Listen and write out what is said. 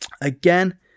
Again